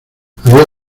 había